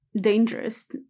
dangerous